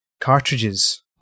cartridges